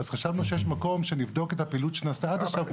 אז חשבנו שיש מקום שנבדוק את הפעילות שנעשתה עד עכשיו,